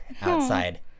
outside